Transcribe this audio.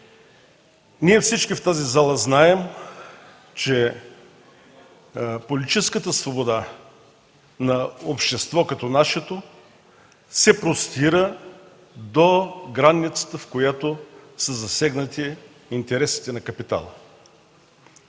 Всички в тази зала знаем, че политическата свобода на общество като нашето се простира до границата, в която са засегнати интересите на капитала.